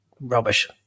rubbish